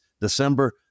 December